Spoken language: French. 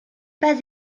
pas